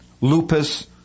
lupus